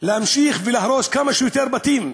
להמשיך להרוס כמה שיותר בתים,